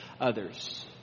others